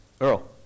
Earl